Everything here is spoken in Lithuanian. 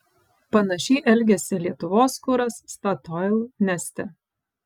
panašiai elgėsi lietuvos kuras statoil neste